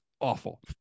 Awful